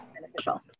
beneficial